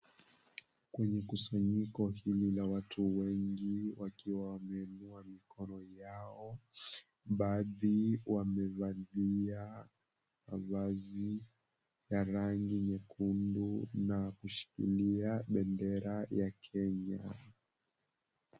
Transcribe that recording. Kwenye kusanyiko hili la watu wengi, wakiwa wameinua mikono yao, baadhi wamevalia mavazi ya rangi nyekundu na kushikilia bendera ya Kenya.